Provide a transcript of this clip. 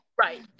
Right